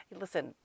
Listen